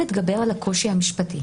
שיכלו להתגבר על הקושי המשפטי.